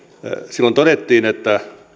silloin todettiin että